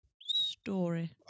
story